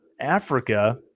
Africa